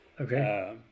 Okay